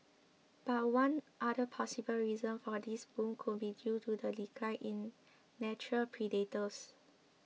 but one other possible reason for this boom could be due to the decline in natural predators